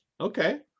Okay